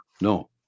No